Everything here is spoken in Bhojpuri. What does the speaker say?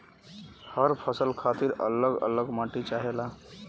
हर फसल खातिर अल्लग अल्लग माटी चाहेला